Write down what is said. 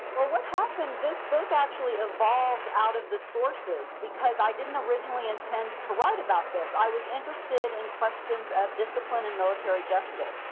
well what happened, this book actually evolved out of the sources because i did not and originally intend to write about this. i was interested in questions of discipline in military justice.